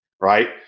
right